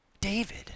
David